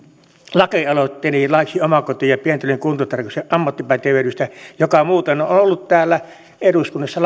lakialoitteeni laiksi omakoti ja pientalojen kuntotarkastajien ammattipätevyydestä muuten on on ollut täällä eduskunnassa